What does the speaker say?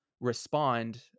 respond